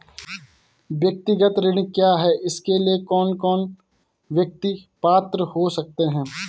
व्यक्तिगत ऋण क्या है इसके लिए कौन कौन व्यक्ति पात्र हो सकते हैं?